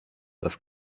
das